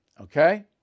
okay